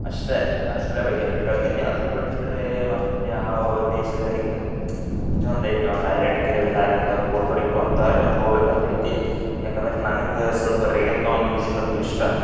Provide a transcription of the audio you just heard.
ಅಷ್ಟೇ ಆಸ್ಟ್ರೇಯ ಬಗ್ಗೆ ಅಷ್ಟ್ ಹೇಳ್ತೀನಿ ಅದನ್ನು ಬಿಟ್ರೆ ಮತ್ಯಾವ ದೇಶ ಅಂದರೆ ಹಿಂಗೆ ಇದೊಂದು ಐತೆ ಒಂದು ಐಲ್ಯಾಂಡ್ ಕೆರಬಿನ್ ಐಲ್ಯಾಂಡ್ದ ಪೋರ್ತೊರಿಕೋ ಅಂತ ಅಲ್ಲೊಂದು ಹೋಗ್ಬೇಕಂತ ಐತಿ ಯಾಕಂದ್ರೆ ನನಗೆ ಸ್ವಲ್ಪ ರೇರ್ತಾನ್ ಮ್ಯೂಝಿಕ್ ಅದು ಇಷ್ಟ